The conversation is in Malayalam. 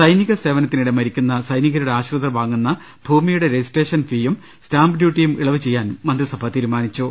സൈനിക സേവനത്തി നിടെ മരിക്കുന്ന സൈനികരുടെ ആശ്രിതർ വാങ്ങുന്ന ഭൂമിയുടെ രജിസ്ട്രേഷൻ ഫീയും സ്റ്റാമ്പ് ഡ്യൂട്ടിയും ഇളവ് ചെയ്യാൻ തീരു മാനിച്ചു